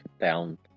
down